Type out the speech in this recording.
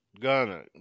Ghana